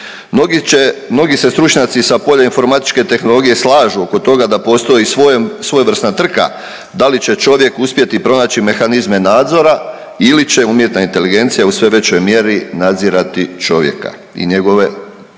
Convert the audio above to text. Mnogi se stručnjaci sa polja informatičke tehnologije slažu oko toga da postoji svojevrsna trka da li će čovjek uspjeti pronaći mehanizme nadzora ili će umjetna inteligencija u sve većoj mjeri nadzirati čovjeka i njegove